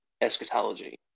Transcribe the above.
eschatology